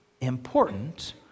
important